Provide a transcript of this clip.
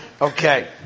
Okay